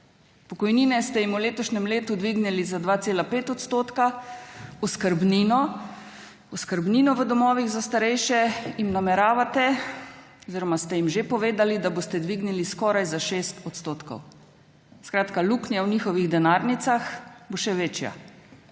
Pokojnine ste jim v letošnjem letu dvignili za 2,5 %, oskrbnino v domovih za starejše jim nameravate oziroma ste jim že povedali, da boste dvignili skoraj za 6 %. Luknja v njihovih denarnicah bo še večja.